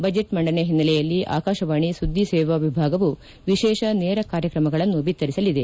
budget ಮಂಡನೆ ಹಿನ್ಸೆಲೆಯಲ್ಲಿ ಆಕಾಶವಾಣಿ ಸುದ್ದಿ ಸೇವಾ ವಿಭಾಗವು ವಿಶೇಷ ನೇರ ಕಾರ್ಯಕ್ರಮಗಳನ್ನು ಬಿತ್ತರಿಸಲಿದೆ